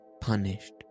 punished